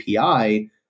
API